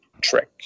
trick